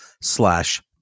slash